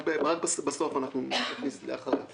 רק בסוף נכניס "לאחריה".